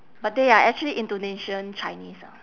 but they are actually indonesian chinese ah